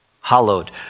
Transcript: hallowed